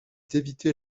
d’éviter